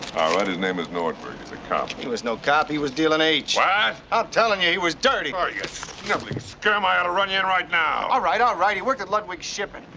alright, his name is nordberg. he's a cop. he was no cop, he was dealing h. what! i'm tellin' you he was dirty. oh ya sniveling scum, i oughta run you in right now. alright, alright, he worked at ludwig shipping.